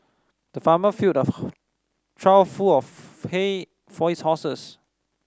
the farmer filled a trough full of hay for his horses